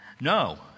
No